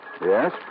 Yes